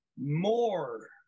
more